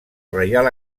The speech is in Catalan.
reial